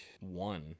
One